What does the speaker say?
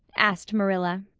asked marilla.